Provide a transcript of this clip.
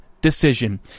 decision